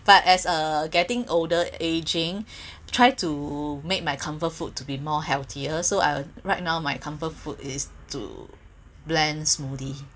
but as a getting older aging try to make my comfort food to be more healthier so I'll right now my comfort food is to blend smoothie